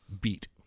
beat